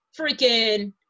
freaking